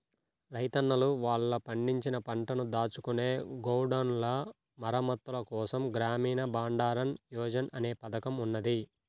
రైతన్నలు వాళ్ళు పండించిన పంటను దాచుకునే గోడౌన్ల మరమ్మత్తుల కోసం గ్రామీణ బండారన్ యోజన అనే పథకం ఉన్నది